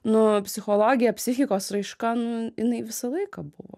nu psichologija psichikos raiška nu jinai visą laiką buvo